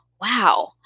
wow